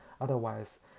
Otherwise